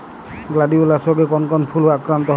Gladiolus রোগে কোন কোন ফুল আক্রান্ত হয়?